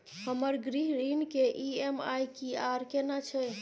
हमर गृह ऋण के ई.एम.आई की आर केना छै?